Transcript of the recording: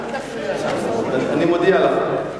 אל תפריע, אני מודיע לך.